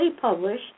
published